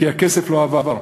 כי הכסף לא עבר,